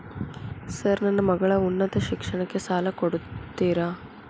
Sir ನನ್ನ ಮಗಳ ಉನ್ನತ ಶಿಕ್ಷಣಕ್ಕೆ ಸಾಲ ಕೊಡುತ್ತೇರಾ?